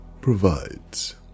provides